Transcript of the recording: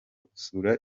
gusura